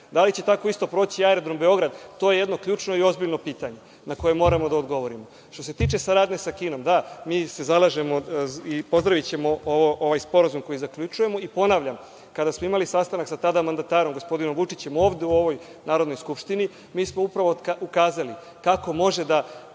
Da li će tako isto proći i Aerodrom Beograd, to je jedno ključno i ozbiljno pitanje na koje moramo da odgovorimo. Što se tiče saradnje sa Kinom, da, mi se zalažemo i pozdravićemo ovaj sporazum koji zaključujemo. Ponavljam, kada smo imali sastanak sa tada mandatarom gospodinom Vučićem ovde u ovoj Narodnoj skupštini, mi smo upravo ukazali kako može da